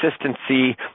consistency